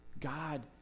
God